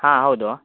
ಹಾಂ ಹೌದು